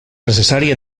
necessari